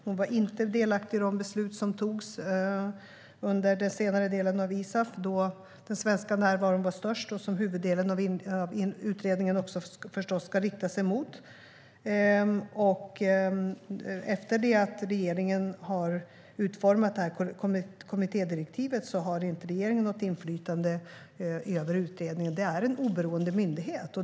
Hon var inte delaktig i de beslut som fattades under den senare delen av ISAF, då den svenska närvaron var störst och som huvuddelen av utredningen förstås ska inrikta sig på. Efter att regeringen utformat kommittédirektivet har den inte något inflytande över utredningen. Det är en oberoende myndighet.